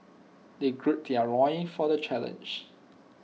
they gird their loin for the challenge